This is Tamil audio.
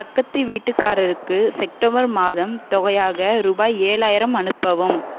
பக்கத்து வீட்டுக்காரருக்கு செப்டம்பர் மாதம் தொகையாக ரூபாய் ஏழாயிரம் அனுப்பவும்